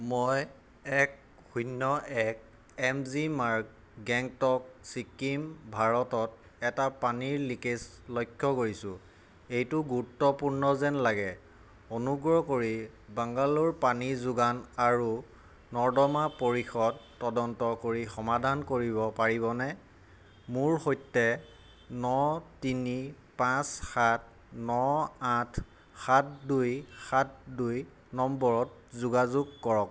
মই এক শূন্য এক এম জি মাৰ্গ গেংটক ছিকিম ভাৰতত এটা পানীৰ লিকেজ লক্ষ্য কৰিছো এইটো গুৰুত্বপূৰ্ণ যেন লাগে অনুগ্ৰহ কৰি বাংগালোৰ পানী যোগান আৰু নৰ্দমা পৰিষদ তদন্ত কৰি সমাধান কৰিব পাৰিবনে মোৰ সৈতে ন তিনি পাঁচ সাত ন আঠ সাত দুই সাত দুই নম্বৰত যোগাযোগ কৰক